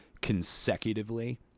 consecutively